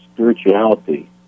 spirituality